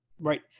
right